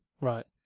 Right